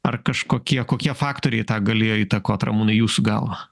ar kažkokie kokie faktoriai tą galėjo įtakot ramūnai jūsų galva